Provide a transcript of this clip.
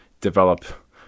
develop